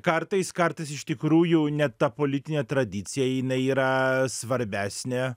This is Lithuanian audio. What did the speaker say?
kartais kartais iš tikrųjų net ta politinė tradicija jinai yra svarbesnė